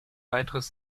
weiteres